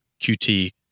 QT